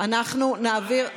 אנחנו נעביר,